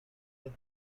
with